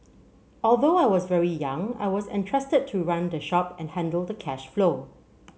although I was very young I was entrusted to run the shop and handle the cash flow